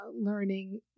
learning